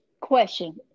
question